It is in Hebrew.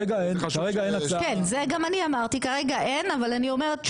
כן, זה גם אני אמרתי כרגע אין, אבל אני אומרת שוב,